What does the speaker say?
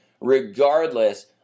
regardless